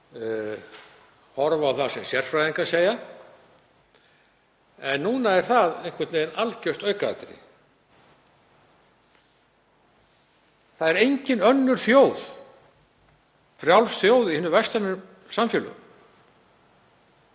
hlusta á það sem sérfræðingar segja, en núna er það einhvern veginn algjört aukaatriði. Það er engin önnur frjáls þjóð í hinum vestrænu samfélögum